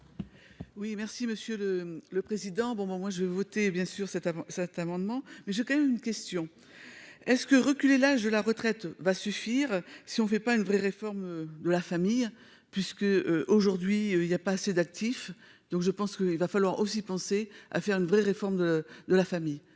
Oui, merci Monsieur le le président, bon moi je vais voter, bien sûr, cette avant cet amendement mais j'ai quand même une question est-ce que reculer l'âge de la retraite va suffire si on ne fait pas une vraie réforme de la famille puisque aujourd'hui il y a pas assez d'actifs, donc je pense qu'il va falloir aussi pensé à faire une vraie réforme de de la famille,